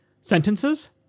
sentences